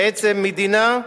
בעצם, מדינה,